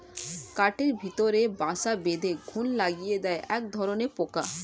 কাঠের ভেতরে বাসা বেঁধে ঘুন লাগিয়ে দেয় একধরনের পোকা